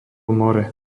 more